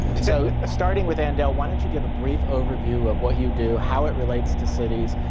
so starting with andel. why don't you give a brief overview of what you do. how it relates to cities.